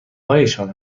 هایشان